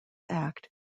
act